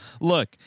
look